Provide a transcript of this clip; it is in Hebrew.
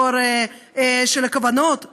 טוהר של כוונות,